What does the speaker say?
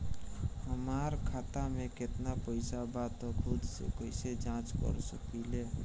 हमार खाता में केतना पइसा बा त खुद से कइसे जाँच कर सकी ले?